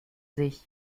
sich